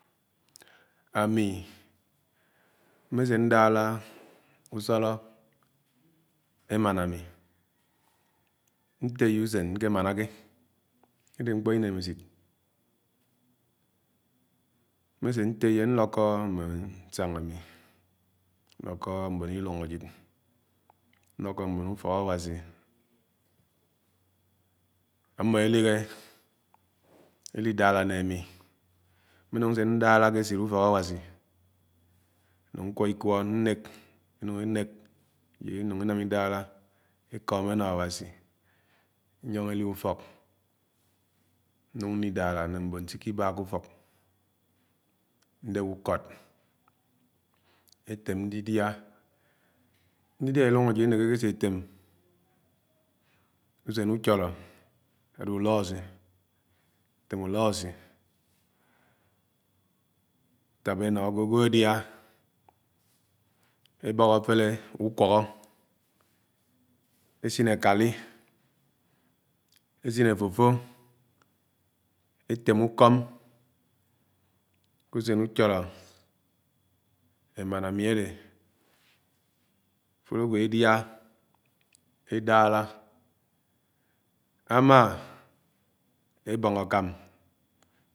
àmì mmẽ séndálá ùchọlọ, emàná anai ntéyé ùsèn nkẽ manáké adé mkpọ inémésit. Mmese nteye ñlọkọ mbón ñsañg ámi, ñlọkọ mbón ilúng àjid, ñlọkọ mbón ùfọkAwási àmó èlihẽ èlidálá né ámi. Mmẽ núng nse ndálá ke echid ùfọkAwási núng nkwọ ikwọ nnek núng nnék ajid inúng inam idálá ekóm enó Awásí ènyọñọ, eli ùfọk núng ñlidálá, né mbọn sikibá kú-ùfọk ndep ùkoõd ètém ndidíá ilúng, ajid énékéké esé étém usen ùchõlọ adẽ ùlóasii. Etém uloasii ètábá ewõ agwo agwo àdiá ébọk àfèlé ùkwòhọ esin akáli, esin afófó, etém úkọm ke usén ùchõlõ emáná ámí adé afuló ágwó ediá èdálã àmà ebõng àkãma.